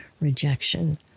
rejection